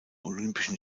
olympischen